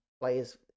players